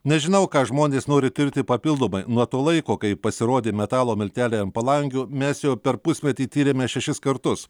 nežinau ką žmonės nori tirti papildomai nuo to laiko kai pasirodė metalo milteliai ant palangių mes jau per pusmetį tyrėme šešis kartus